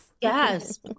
Yes